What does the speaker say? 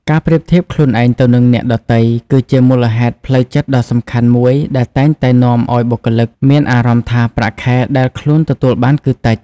ការប្រៀបធៀបខ្លួនឯងទៅនឹងអ្នកដទៃ គឺជាមូលហេតុផ្លូវចិត្តដ៏សំខាន់មួយដែលតែងតែនាំឲ្យបុគ្គលិកមានអារម្មណ៍ថាប្រាក់ខែដែលខ្លួនទទួលបានគឺតិច។